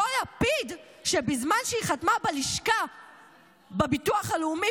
אותו לפיד שבזמן שהיא חתמה בלשכה בביטוח הלאומי